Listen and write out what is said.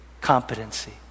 competency